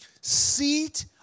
seat